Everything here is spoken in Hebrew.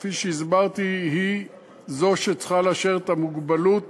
שכפי שהסברתי היא זו שצריכה לאשר את המוגבלות